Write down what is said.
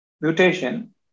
mutation